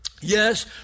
Yes